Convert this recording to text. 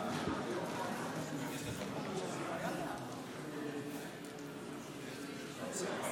חברי הכנסת, להלן תוצאות